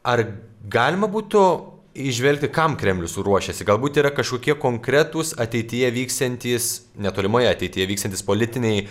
ar galima būtų įžvelgti kam kremlius ruošiasi galbūt yra kažkokie konkretūs ateityje vyksiantys netolimoje ateityje vykstantys politiniai